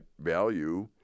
value